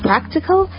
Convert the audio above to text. practical